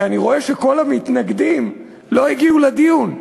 כי אני רואה שכל המתנגדים לא הגיעו לדיון,